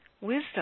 wisdom